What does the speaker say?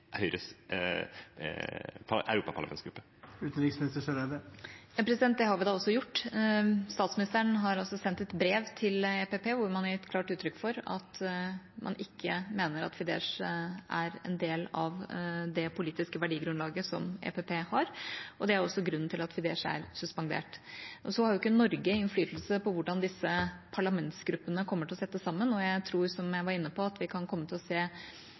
Høyres europaparlamentsgruppe. Ja, det har vi da også gjort. Statsministeren har sendt et brev til EPP hvor man har gitt klart uttrykk for at man ikke mener at Fidesz er en del av det politiske verdigrunnlaget som EPP har, og det er også grunnen til at Fidesz er suspendert. Norge har jo ikke innflytelse på hvordan disse parlamentsgruppene kommer til å bli satt sammen, og jeg tror, som jeg var inne på, at vi kan komme til å se